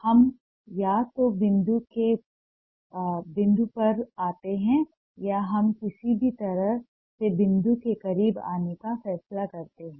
हम या तो बिंदु पर वापस आते हैं या हम किसी भी तरह से बिंदु के करीब आने का फैसला करते हैं